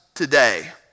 Today